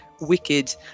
wicked